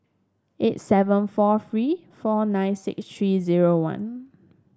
eight seven four three four nine six three zero one